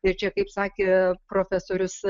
ir čia kaip sakė profesorius